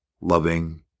loving